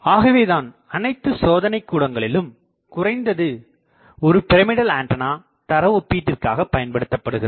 ஆகவேதான் அனைத்து சோதனைகூடங்களிலும் குறைந்தது ஒரு பிரமிடல்ஆண்டனா தரஒப்பீட்டிற்கா பயன்படுத்தப்படுகிறது